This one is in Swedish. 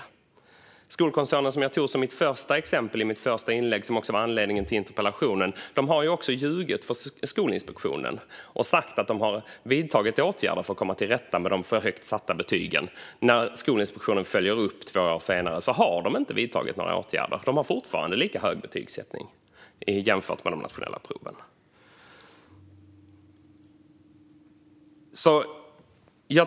Den skolkoncern som jag tog som mitt första exempel och som också var anledningen till interpellationen har ljugit för Skolinspektionen och sagt att man har vidtagit åtgärder för att komma till rätta med de för högt satta betygen. Men när Skolinspektionen följde upp detta två år senare visade det sig att skolkoncernen inte hade vidtagit några åtgärder. Man har fortfarande lika höga betyg i jämförelse med de nationella proven.